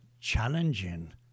challenging